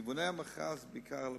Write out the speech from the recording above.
כיווני המכרז בעיקר לפריפריה.